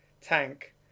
tank